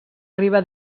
riba